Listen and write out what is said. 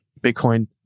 Bitcoin